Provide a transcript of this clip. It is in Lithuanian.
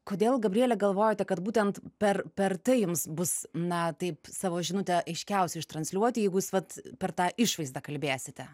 kodėl gabriele galvojote kad būtent per per tai jums bus na taip savo žinutę aiškiausiai ištransliuoti jeigu jūs vat per tą išvaizdą kalbėsite